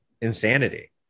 insanity